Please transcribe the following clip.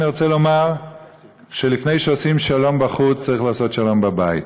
אני רוצה לומר שלפני שעושים שלום בחוץ צריך לעשות שלום בבית.